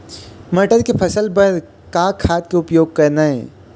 मटर के फसल बर का का खाद के उपयोग करना ये?